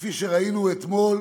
כפי שראינו אתמול,